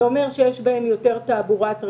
זה אומר שיש בהן יותר תעבורת רשת.